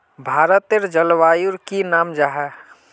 भारतेर जलवायुर की नाम जाहा?